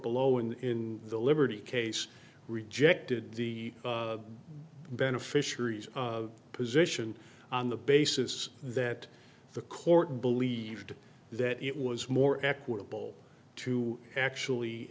below in the liberty case rejected the beneficiaries position on the basis that the court believed that it was more equitable to actually